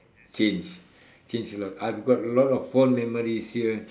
change change a lot I've got a lot of fond memories here